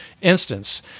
instance